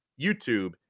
YouTube